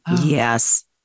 Yes